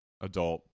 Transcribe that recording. adult